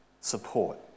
support